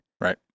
Right